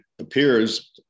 appears